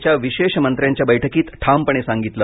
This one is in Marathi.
च्या विशेष मंत्र्यांच्या बैठकीत ठामपणे सांगितलं